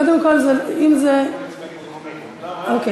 ההצעה להעביר את הנושא לוועדת הכספים נתקבלה.